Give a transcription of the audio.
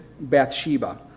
Bathsheba